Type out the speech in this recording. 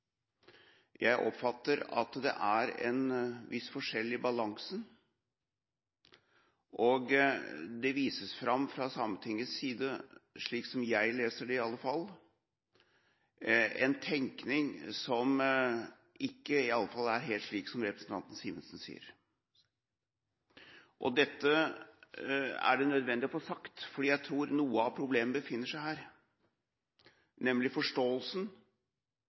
Jeg oppfatter at det er en viss forskjell i balansen, og fra Sametingets side vises det fram – slik jeg leser det, iallfall – en tenkning som iallfall ikke er helt i tråd med det representanten Simensen sier. Dette er det nødvendig å få sagt, for jeg tror noe av problemet befinner seg her: nemlig forståelsen